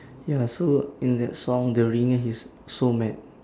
ya so in that song during his so mad